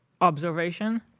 observation